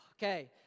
Okay